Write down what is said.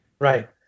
Right